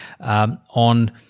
on